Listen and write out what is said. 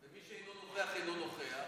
ומי שאינו נוכח אינו נוכח.